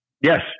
Yes